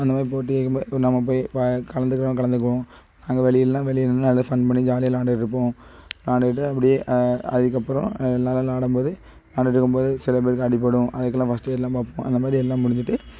அந்த மாதிரி போட்டி வைக்கும்போது இப்போ நம்ம போய் இப்போ கலந்துக்கிறவங்க கலந்துக்குவோம் அங்கே வெளில்னால் வெளியே நின்று நல்லா ஃபன் பண்ணி ஜாலியாக விளையாண்டுகிட்ருப்போம் விளையாண்டுக்கிட்டு அப்படியே அதுக்கப்பறம் எல்லாம் நல்லா விளையாடும்போது விளையாண்டுகிட்ருக்கும்போது சில பேருக்கு அடிபடும் அதுக்கெலாம் ஃபர்ஸ்ட் எயிட்லாம் பார்ப்போம் அந்த மாதிரி எல்லாம் முடிஞ்சிட்டு